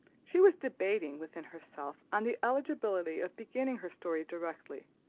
she was debating within herself on the eligibility of beginning her story directly,